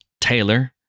Taylor